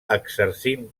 exercint